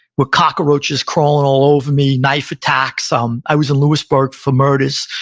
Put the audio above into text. with cockroaches crawling all over me, knife attacks, um i was in lewisburg for murders,